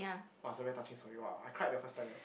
!wah! is a very touching story !wah! I cried the first time leh